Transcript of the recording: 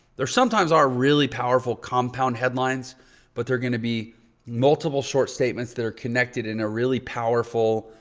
there sometimes are really powerful compound headlines but they're gonna be multiple short statements that are connected in a really powerful,